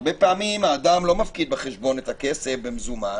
הרבה פעמים אדם לא מפקיד בחשבון את הכסף במזומן,